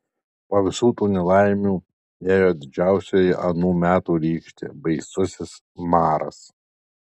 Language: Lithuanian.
po visų tų nelaimių ėjo didžiausioji anų metų rykštė baisusis maras